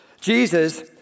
Jesus